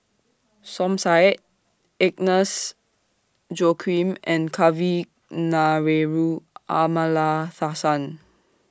Som Said Agnes Joaquim and Kavignareru Amallathasan